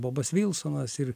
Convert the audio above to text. bobas wilsonas ir